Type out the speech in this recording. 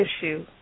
issue